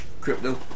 Crypto